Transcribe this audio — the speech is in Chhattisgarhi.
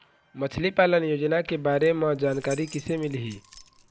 मछली पालन योजना के बारे म जानकारी किसे मिलही?